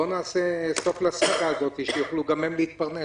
בוא נעשה סוף לסאגה הזאת, שיוכלו גם הם להתפרנס.